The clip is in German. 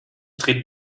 dreh